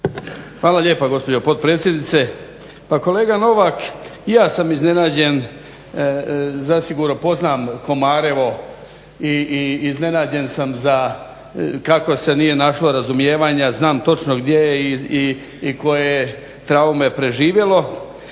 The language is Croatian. Hvala lijepa gospođo potpredsjednice. Pa kolega Novak, i ja sam iznenađen, zasigurno poznam Komarevo i iznenađen sam za kako se nije našlo razumijevanja, znam točno gdje je i koje je traume preživjelo.